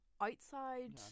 outside